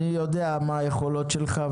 אני יודע מה היכולות שלך,